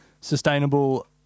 sustainable